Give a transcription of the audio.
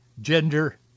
gender